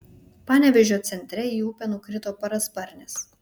panevėžio centre į upę nukrito parasparnis